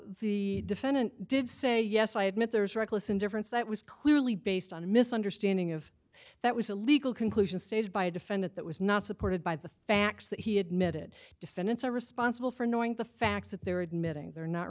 the defendant did say yes i admit there's reckless indifference that was clearly based on a misunderstanding of that was a legal conclusion stated by a defendant that was not supported by the facts that he admitted defendants are responsible for knowing the facts that they're admitting they're not